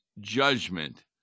judgment